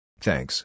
Thanks